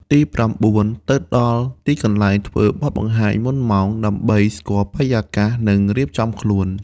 ទីប្រាំបួន ទៅដល់ទីកន្លែងធ្វើបទបង្ហាញមុនម៉ោង ដើម្បីស្គាល់បរិយាកាស និងរៀបចំខ្លួន។